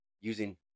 using